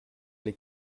les